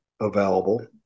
available